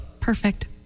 perfect